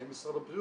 האם משרד הבריאות,